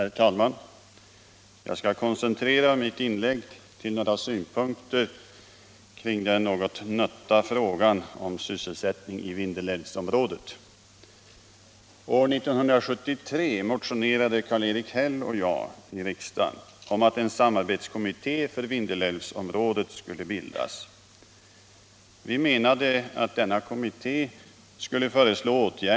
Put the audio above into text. Herr talman! Jag skall koncentrera mitt inlägg till några synpunkter på den något nötta frågan om sysselsättningen i Vindelälvsområdet.